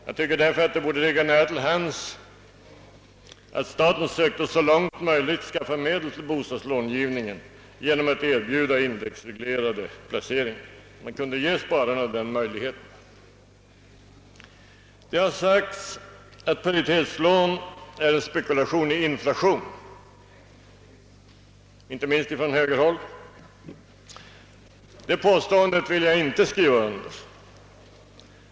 Jag tycker därför att det borde ligga nära till hands att staten sökte så långt möjligt skaffa medel till bostadslångivningen genom att erbjuda indexreglerade placeringar. Man kan ju ge spararna denna möjlighet. Det har — inte minst från högerhåll — sagts att paritetslån är en spekulation i inflation, ett påstående som jag inte vill skriva under.